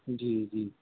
جی جی